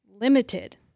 limited